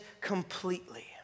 completely